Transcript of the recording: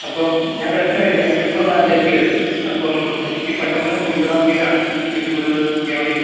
അപ്പം ഞാൻ ഗൾഫിലായിരുന്നു ഞാൻ ഇപ്പോൾ ഇപ്പളാ നാട്ടിൽ എത്തിയത് അപ്പം എനിക്ക് പെട്ടന്ന് തന്നെ കുടി കൂടാൻ വേണ്ടിയിട്ടാണ് വീട്ടിൽ കൂടുക ചെയ്യാൻ വേണ്ടിയിട്ട്